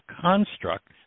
construct